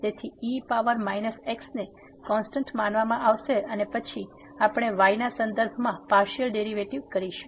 તેથી e power minus x ને constant માનવામાં આવશે અને પછી આપણે y ના સંદર્ભમાં પાર્સીઅલ ડેરીવેટીવ કરશું